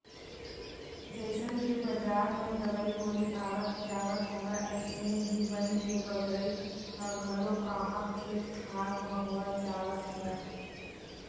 जइसन के बजार म दवई गोली आवत जावत हवय अइसने ही बन के बगरई ह घलो काहक खेत खार म होवत जावत हवय